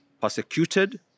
persecuted